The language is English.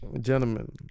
gentlemen